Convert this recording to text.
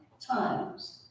times